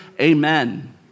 Amen